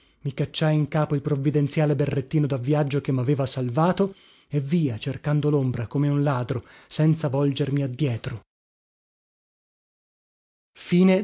mi cacciai in capo il provvidenziale berrettino da viaggio che maveva salvato e via cercando lombra come un ladro senza volgermi addietro